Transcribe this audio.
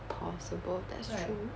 possible that's true